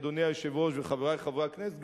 אדוני היושב-ראש וחברי חברי הכנסת,